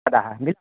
वद मिल